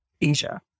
Asia